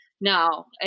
No